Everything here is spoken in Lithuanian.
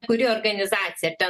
kuri organizacija te